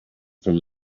from